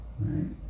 right